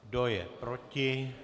Kdo je proti?